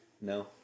No